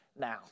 now